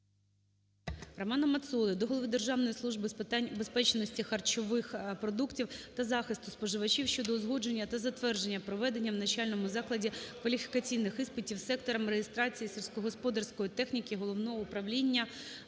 Романа Мацоли до голови Державної служби України з питань безпечності харчових продуктів та захисту споживачів щодо узгодження та затвердження проведення в навчальному закладі кваліфікаційних іспитів сектором реєстрації сільськогосподарської техніки Головного управління